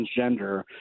transgender